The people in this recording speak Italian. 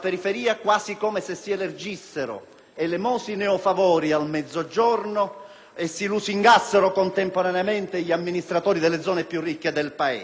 e si lusingassero contemporaneamente gli amministratori delle zone più ricche del Paese. È questa la vera svolta: quella che prepara un'amministrazione